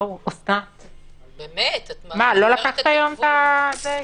אסנת, מה, לא לקחת היום את הזה?